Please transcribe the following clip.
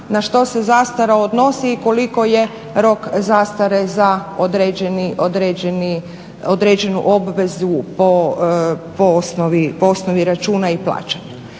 na što se zastara odnosi i koliko je rok zastare za određenu obvezu po osnovi računa i plaćanja.